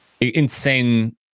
insane